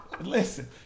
Listen